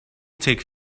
take